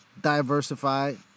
diversified